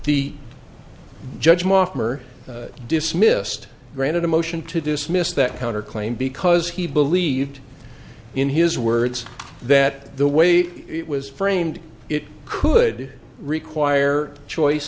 the judge mof were dismissed granted a motion to dismiss that counter claim because he believed in his words that the way it was framed it could require choice